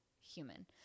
human